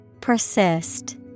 Persist